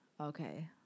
Okay